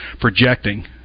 projecting